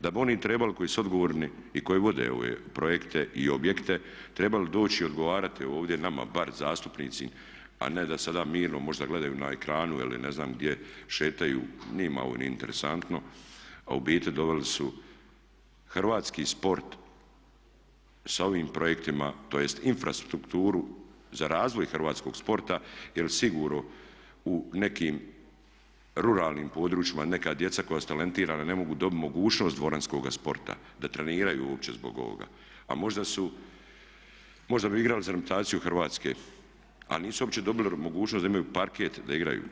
Da bi oni trebali koji su odgovorni i koji vode ove projekte i objekte trebali doći i odgovarati ovdje nama bar zastupnicima a ne da sada mirno možda gledaju na ekranu ili ne znam gdje šetaju, njima ovo nije interesantno a u biti doveli su hrvatski sport sa ovim projektima tj. infrastrukturu za razvoj hrvatskog sporta, jer sigurno u nekim ruralnim područjima neka djeca koja su talentirana ne mogu dobiti mogućnost dvoranskoga sporta da treniraju uopće zbog ovoga a možda su, možda bi igrali za reprezentaciju Hrvatske, a nisu uopće dobili mogućnost da imaju parket da igraju.